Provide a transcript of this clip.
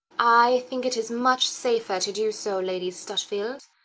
i think it is much safer to do so, lady stutfield.